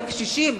בקשישים.